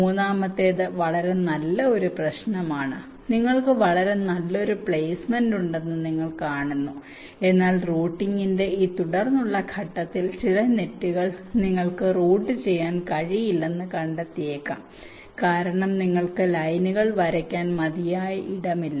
മൂന്നാമത്തേത് വളരെ പ്രധാനപ്പെട്ട ഒരു പ്രശ്നമാണ് നിങ്ങൾക്ക് വളരെ നല്ലൊരു പ്ലെയ്സ്മെന്റ് ഉണ്ടെന്ന് നിങ്ങൾ കാണുന്നു എന്നാൽ റൂട്ടിംഗിന്റെ ഈ തുടർന്നുള്ള ഘട്ടത്തിൽ ചില നെറ്റുകൾ നിങ്ങൾക്ക് റൂട്ട് ചെയ്യാൻ കഴിയില്ലെന്ന് കണ്ടെത്തിയേക്കാം കാരണം നിങ്ങൾക്ക് ലൈനുകൾ വരയ്ക്കാൻ മതിയായ ഇടമില്ല